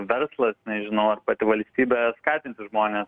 verslas nežinau ar pati valstybė skatinti žmones